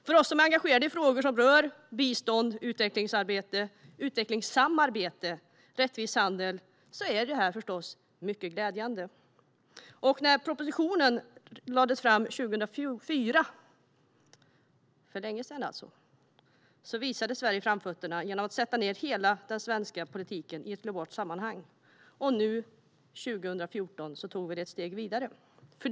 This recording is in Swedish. För oss som är engagerade i frågor som berör bistånd, utvecklingsarbete, utvecklingssamarbete och rättvis handel var detta mycket glädjande. När propositionen lades fram 2004 - det är alltså länge sedan - visade Sverige framfötterna genom att sätta hela den svenska politiken i ett globalt sammanhang. År 2014 tog vi det ett steg vidare.